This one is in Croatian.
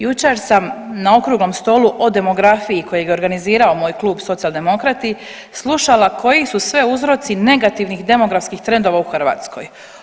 Jučer sam na okruglom stolu o demografiji kojeg je organizirao moj klub Socijaldemokrati slušala koji su sve uzroci negativnih demografskih trendova u Hrvatskoj.